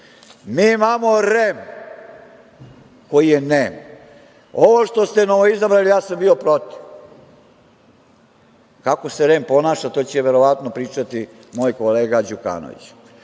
imamo REM, koji je nem. Ovo što ste novoizabrali, ja sam bio protiv. Kako se REM ponaša, to će verovatno pričati moj kolega Đukanović. Pozivam